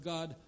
God